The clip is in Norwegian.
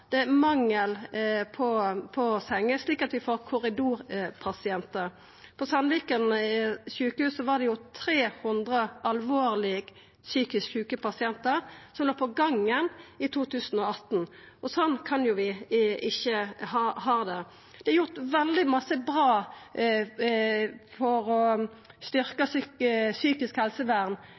Det er mangel på senger, slik at vi får korridorpasientar. På Sandviken sykehus var det 300 alvorleg psykisk sjuke pasientar som låg på gangen i 2018. Sånn kan vi ikkje ha det. Det er gjort veldig mykje bra for å styrkja psykisk helsevern